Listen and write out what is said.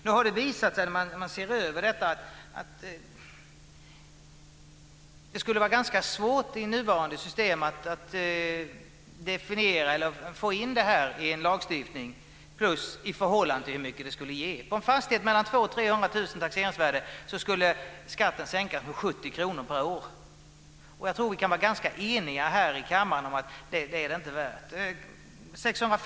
Nu har det visat sig, när man sett över detta, att det i nuvarande system skulle vara ganska svårt att få in detta i lagstiftningen, särskilt i förhållande till hur mycket det skulle ge. På en fastighet med ett taxeringsvärde på mellan 200 000 och 300 000 kr skulle skatten sänkas med 70 kr per år. Jag tror att vi kan vara ganska eniga här i kammaren om att det är det inte värt.